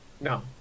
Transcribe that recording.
No